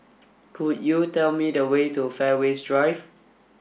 could you tell me the way to Fairways Drive